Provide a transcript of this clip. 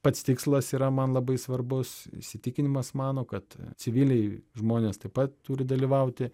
pats tikslas yra man labai svarbus įsitikinimas mano kad civiliai žmonės taip pat turi dalyvauti